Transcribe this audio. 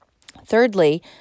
Thirdly